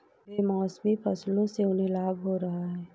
बेमौसमी फसलों से उन्हें लाभ हो रहा है